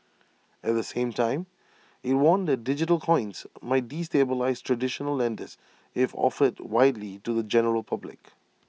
at the same time IT warned that digital coins might destabilise traditional lenders if offered widely to the general public